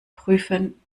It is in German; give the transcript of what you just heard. prüfen